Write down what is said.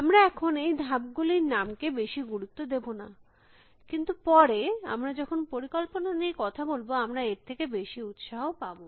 আমরা এখন এই ধাপ গুলির নামকে বেশী গুরুত্ব দেব না কিন্তু পরে আমরা যখন পরিকল্পনা নিয়ে কথা বলব আমরা এর থেকে বেশী উত্সাহ পাব